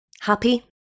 Happy